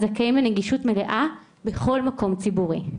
הזכאים לנגישות מלאה בכל מקום ציבורי.